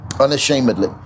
unashamedly